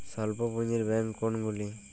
স্বল্প পুজিঁর ব্যাঙ্ক কোনগুলি?